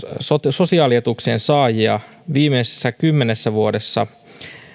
sosiaalietuuksien saajia viimeisessä kymmenessä vuodessa